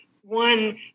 one